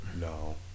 No